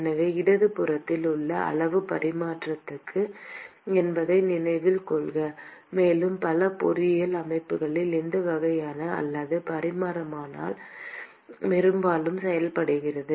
எனவே இடது புறத்தில் உள்ள அளவு பரிமாணமற்றது என்பதை நினைவில் கொள்க மேலும் பல பொறியியல் அமைப்புகளில் இந்த வகையான அல்லாத பரிமாணமாக்கல் பெரும்பாலும் செய்யப்படுகிறது